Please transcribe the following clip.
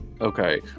Okay